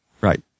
Right